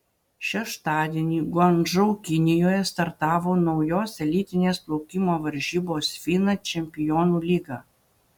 šeštadienį guangdžou kinijoje startavo naujos elitinės plaukimo varžybos fina čempionų lyga